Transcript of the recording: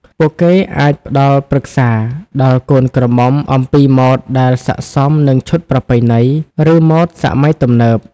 ពួកគេអាចផ្តល់ប្រឹក្សាដល់កូនក្រមុំអំពីម៉ូដដែលស័ក្តិសមនឹងឈុតប្រពៃណី ឬម៉ូដសម័យទំនើប។